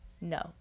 No